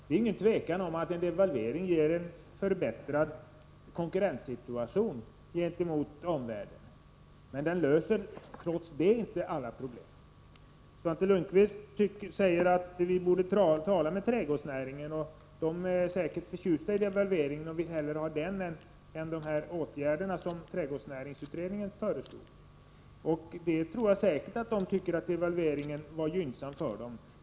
Det är inget tvivel om att en devalvering ger en förbättrad konkurrenssituation gentemot omvärlden, men den löser trots det inte alla problem. Svante Lundkvist säger att vi borde tala med trädgårdsnäringens företrädare och att de säkert är förtjusta i devalveringen och hellre vill ha den än de åtgärder som trädgårdsnäringsutredningen föreslog. Jag tror säkert att de tycker att devalveringen var gynnsam för dem.